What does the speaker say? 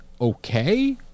okay